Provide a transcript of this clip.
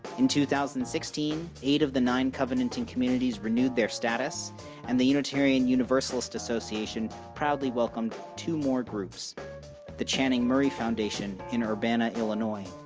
in two thousand and sixteen, eight of the nine covenanting communities renewed their status and the unitarian universalist association proudly welcomed two more groups the chaning murray foundation in urbana, illinois.